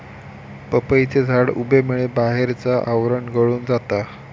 पपईचे झाड उबेमुळे बाहेरचा आवरण गळून जाता